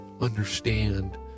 understand